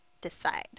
decide